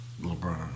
LeBron